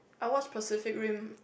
I watch Pacific Rim